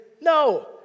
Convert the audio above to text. no